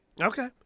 Okay